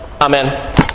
Amen